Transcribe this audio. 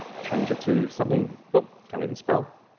change it to something but can't even spell.